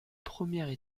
premières